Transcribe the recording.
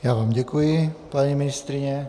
Já vám děkuji, paní ministryně.